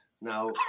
Now